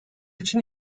için